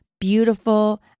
beautiful